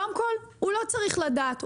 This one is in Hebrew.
קודם כל הוא לא צריך לדעת,